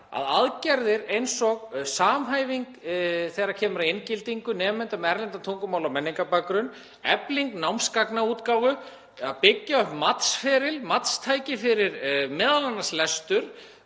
að aðgerðir eins og samhæfing þegar kemur að inngildingu nemenda með erlendan tungumála- og menningarbakgrunn, efling námsgagnaútgáfu, að byggja upp matsferil, matstæki fyrir m.a. lestur,